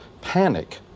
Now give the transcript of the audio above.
panic